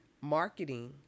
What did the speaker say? marketing